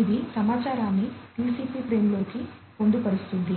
ఇది సమాచారాన్ని టిసిపి ఫ్రేమ్లోకి పొందుపరుస్తుంది